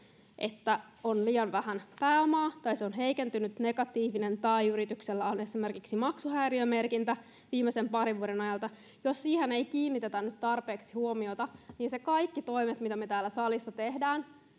että on liian vähän pääomaa tai se on heikentynyt tai negatiivinen tai yrityksellä on esimerkiksi maksuhäiriömerkintä viimeisen parin vuoden ajalta ei kiinnitetä nyt tarpeeksi huomiota niin ne kaikki toimet mitä me täällä salissa teemme